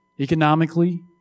economically